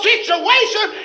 situation